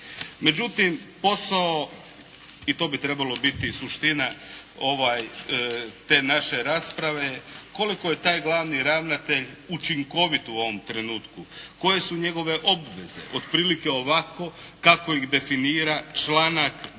Međutim posao i to bi trebala biti suština te naše rasprave, koliko je taj glavni ravnatelj učinkovit u ovom trenutku? Koje su njegove obveze? Otprilike ovako, kako ih definira članak 12.